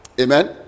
Amen